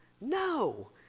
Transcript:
No